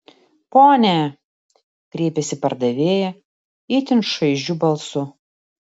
pone kreipėsi pardavėja itin šaižiu balsu